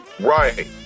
Right